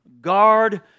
guard